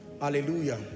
Hallelujah